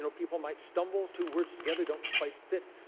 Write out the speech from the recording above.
you know people might stumble two words together, don't quite fit.